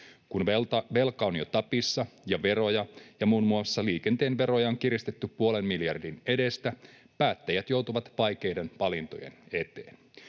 Kun velka on jo tapissa ja veroja — muun muassa liikenteen veroja — on kiristetty puolen miljardin edestä, päättäjät joutuvat vaikeiden valintojen eteen.